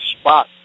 spot